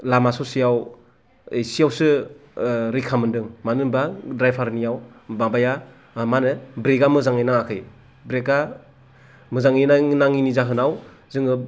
लामा ससेआव इसेआवसो रैखा मोनदों मानो होनोबा द्रायभारनियाव माबाया मा होनो ब्रेकआ मोजाङै नाङाखै ब्रेकआ मोजांयै नाङिनि जाहोनाव जोङो